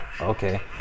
Okay